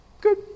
Good